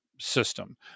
system